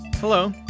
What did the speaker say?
Hello